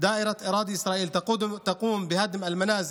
להלן תרגומם: אחינו המכובדים,